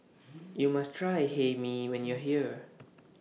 YOU must Try Hae Mee when YOU Are here